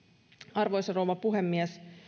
arvoisa rouva puhemies